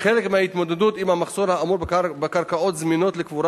כחלק מההתמודדות עם המחסור האמור בקרקעות זמינות לקבורה